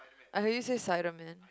I heard you say side of men